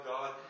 God